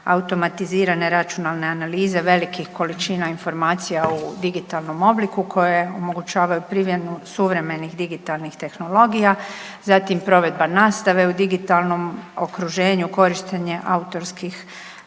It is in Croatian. automatizirane računalne analize velikih količina informacija u digitalnom obliku, koje omogućavaju primjenu suvremenih digitalnih tehnologija, zatim provedba nastave u digitalnom okruženju, korištenje autorskih